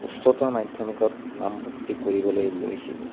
উচ্চতৰ মাধ্যমিকত নামভৰ্তি কৰিবলৈ লৈছিলোঁ